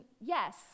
yes